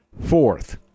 fourth